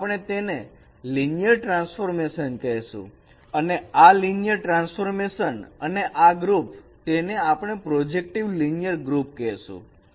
અને આપણે તેને લિનિયર ટ્રાન્સફોર્મેશન કહેશું અને આ લિનિયર ટ્રાન્સફોર્મેશન અને આ ગ્રુપ તેને આપણે પ્રોજેક્ટિવ લિનિયર ગ્રુપ કહેશું